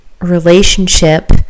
relationship